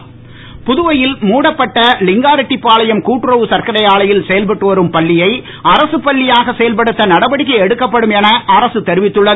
பள்ளி புதுவையில் மூடப்பட்ட லிங்காரெட்டிப்பாளையம் கட்டுறவு சர்க்கரை ஆலையில் செயல்பட்டு வரும் பள்ளியை அரசு பள்ளியாக செயல்படுத்த நடவடிக்கை எடுக்கப்படும் என அரகத் தெரிவித்துள்ளது